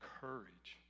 courage